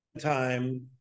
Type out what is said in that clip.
time